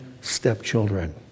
stepchildren